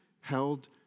held